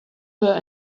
were